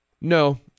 No